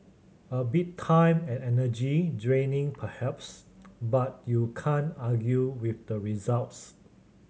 a bit time and energy draining perhaps but you can't argue with the results